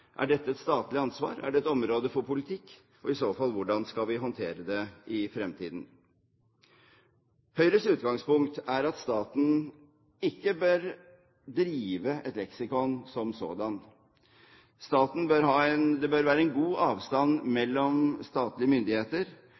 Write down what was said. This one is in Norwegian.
Er dette et statlig ansvar, er dette et område for politikk? Og i så fall, hvordan skal vi håndtere det i fremtiden? Høyres utgangspunkt er at staten som sådan ikke bør drive et leksikon. Det bør være en god avstand mellom statlige myndigheter